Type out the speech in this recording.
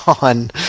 on